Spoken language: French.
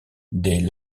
des